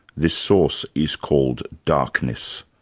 this source is called darkness.